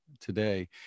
today